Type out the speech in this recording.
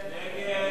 נגדה,